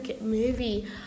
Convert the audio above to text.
movie